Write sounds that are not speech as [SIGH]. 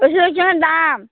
[UNINTELLIGIBLE] দাম